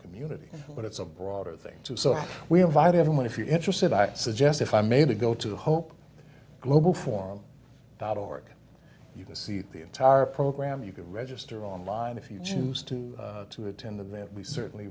community but it's a broader thing too so we invite everyone if you're interested i suggest if i may to go to hope global forum dot org you can see the entire program you can register online if you choose to to attend to them we certainly